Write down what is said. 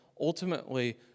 ultimately